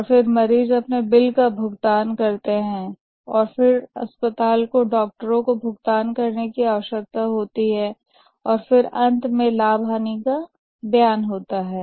और फिर मरीज अपने बिल का भुगतान करते हैं और फिर अस्पताल को डॉक्टरों को भुगतान करने की आवश्यकता होती है और फिर अंत में लाभ हानि का बयान होता है